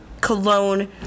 cologne